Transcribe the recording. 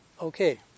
Okay